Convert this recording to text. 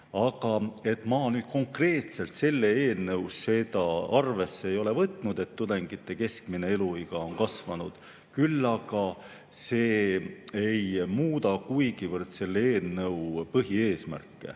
Aga ma konkreetselt selles eelnõus seda arvesse ei ole võtnud, et tudengite keskmine eluiga on kasvanud. Ja see ei muuda kuigivõrd selle eelnõu põhieesmärke,